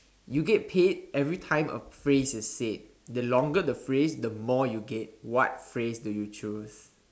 you get paid every time of phrase you said the longer the phrase the more you get what phrase do you choose